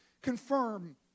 confirm